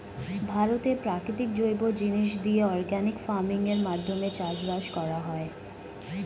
ভারতে প্রাকৃতিক জৈব জিনিস দিয়ে অর্গানিক ফার্মিং এর মাধ্যমে চাষবাস করা হয়